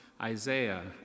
Isaiah